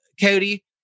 Cody